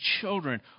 children